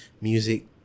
music